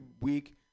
week